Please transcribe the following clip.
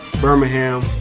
Birmingham